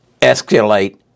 escalate